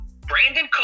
Brandon